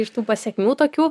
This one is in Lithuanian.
iš tų pasekmių tokių